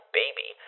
baby